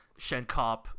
Shenkop